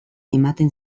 ematen